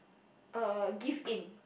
uh give in